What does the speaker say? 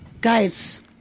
Guys